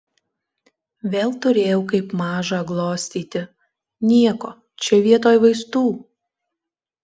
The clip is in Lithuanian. vėl turėjau kaip mažą glostyti nieko čia vietoj vaistų